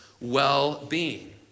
well-being